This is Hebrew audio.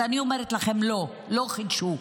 ואני אומרת לכם: לא, לא חידשו,